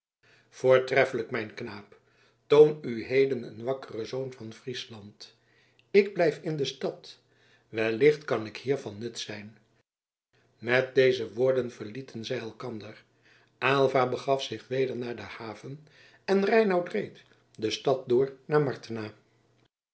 voortreffelijk mijn knaap toon u heden een wakkere zoon van friesland ik blijf in de stad wellicht kan ik hier van nut zijn met deze woorden verlieten zij elkander aylva begaf zich weder naar de haven en reinout reed de stad door naar martena